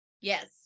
Yes